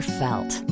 felt